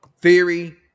theory